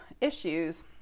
issues